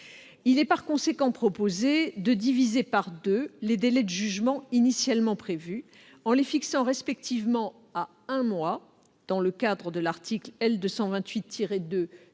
En conséquence, nous proposons de diviser par deux les délais de jugement initialement prévus, en les fixant respectivement à un mois, dans le cadre de l'article L. 228-2